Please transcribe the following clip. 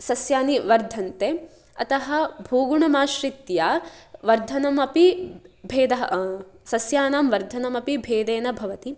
सस्यानि वर्धन्ते अतः भूगुणमाश्रित्य वर्धनमपि भेदः सस्यानां वर्धनमपि भेदेन भवति